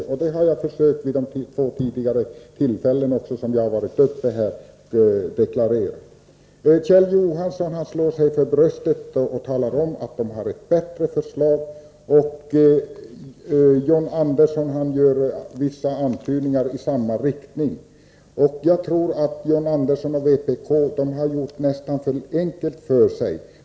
Det har jag försökt deklarera även vid de två tidigare tillfällen då jag har varit uppe i debatten. Kjell Johansson slår sig för bröstet och talar om att man har ett bättre förslag, och John Andersson gör vissa antydningar i samma riktning när det gäller vpk. Jag tror att John Andersson och övriga inom vpk har gjort det för enkelt för sig!